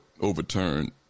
overturned